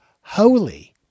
holy